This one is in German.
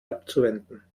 abzuwenden